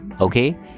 Okay